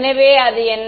எனவே அது என்ன